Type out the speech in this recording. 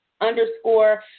underscore